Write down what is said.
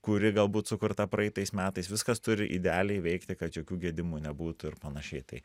kuri galbūt sukurta praeitais metais viskas turi idealiai veikti kad jokių gedimų nebūtų ir panašiai tai